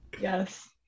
yes